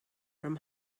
from